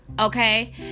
Okay